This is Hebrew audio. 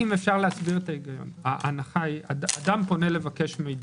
אם אפשר להסביר את ההיגיון: אדם פונה לבקש מידע.